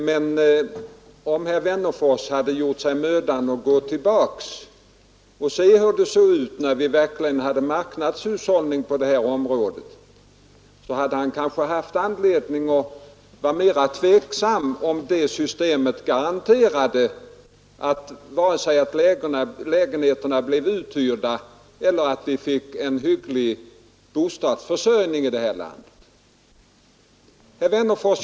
Men om herr Wennerfors hade gjort sig mödan att gå tillbaka i tiden och se hur det såg ut när vi verkligen hade marknadshushållning på detta område, hade han kanske haft anledning att vara mera tveksam huruvida det systemet garanterade vare sig att lägenheterna blev uthyrda eller att vi fick en hygglig bostadsförsörjning i landet. Herr Wennerfors!